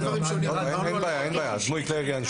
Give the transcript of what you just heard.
יש